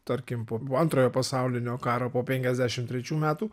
tarkim po antrojo pasaulinio karo po penkiasdešim trečių metų